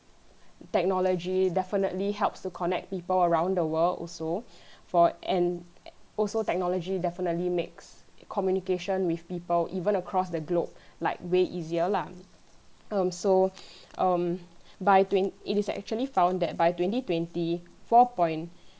technology definitely helps to connect people around the world also for and also technology definitely makes communication with people even across the globe like way easier lah um so um by twen~ it is actually found that by twenty twenty four point